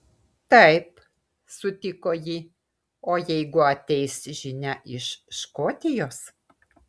taip sutiko ji o jeigu ateis žinia iš škotijos